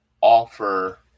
offer